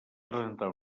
presentar